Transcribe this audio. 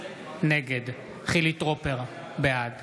נגד חילי טרופר, בעד